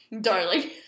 darling